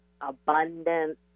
abundance